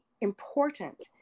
important